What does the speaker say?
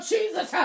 Jesus